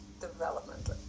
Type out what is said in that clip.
development